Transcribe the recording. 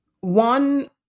One